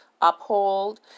Uphold